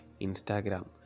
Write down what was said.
Instagram